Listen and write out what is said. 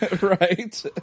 Right